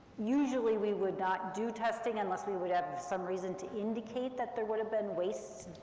usually, we would not do testing unless we would have some reason to indicate that there would have been waste,